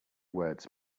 words